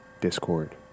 Discord